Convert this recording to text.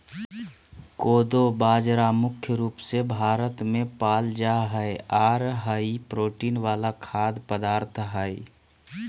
कोदो बाजरा मुख्य रूप से भारत मे पाल जा हय आर हाई प्रोटीन वाला खाद्य पदार्थ हय